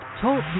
Talk